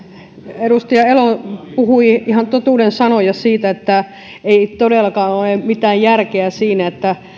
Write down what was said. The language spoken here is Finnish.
edustaja elo puhui ihan totuuden sanoja siitä että ei todellakaan ole mitään järkeä siinä että